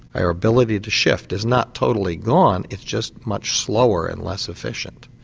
their ability to shift is not totally gone, it's just much slower and less efficient.